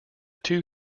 two